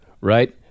Right